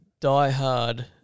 diehard